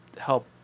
help